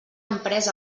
emprès